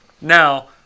Now